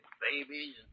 babies